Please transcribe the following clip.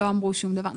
הם לא התנגדו בכלל.